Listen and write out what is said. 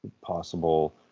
possible